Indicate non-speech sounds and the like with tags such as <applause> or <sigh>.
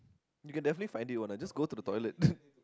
you can definitely find it one lah just go to the toilet <breath>